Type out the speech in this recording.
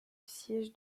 siège